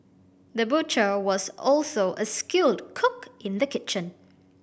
the butcher was also a skilled cook in the kitchen